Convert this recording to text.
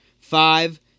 five